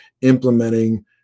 implementing